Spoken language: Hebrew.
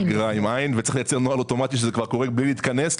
צריך לייצר נוהל אוטומטי כשדברים קורים בלי להתכנס.